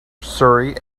surrey